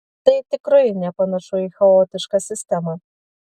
tai tikrai nepanašu į chaotišką sistemą